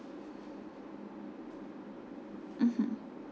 mmhmm